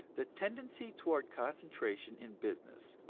the tendency toward concentration in business,